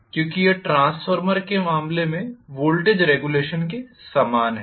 क्योंकि यह ट्रांसफार्मर के मामले में वोल्टेज रेग्युलेशन के समान है